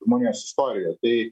žmonijos istorijoj tai